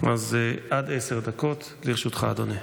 עד עשר דקות לרשותך, אדוני.